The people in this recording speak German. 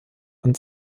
und